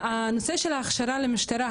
הנושא של ההכשרה למשטרה,